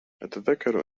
أتذكر